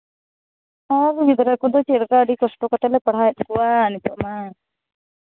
ᱟᱨ ᱜᱤᱫᱽᱨᱟᱹ ᱠᱚᱫᱚ ᱪᱮᱫ ᱞᱮᱠᱟ ᱟᱹᱰᱤ ᱠᱚᱥᱴᱚ ᱠᱟᱛᱮᱫ ᱞᱮ ᱯᱟᱲᱦᱟᱣᱮᱫ ᱠᱚᱣᱟ ᱱᱤᱛᱚᱜ ᱢᱟ